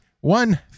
one